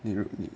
你呢